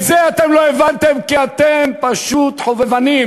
את זה אתם לא הבנתם כי אתם פשוט חובבנים.